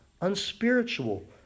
unspiritual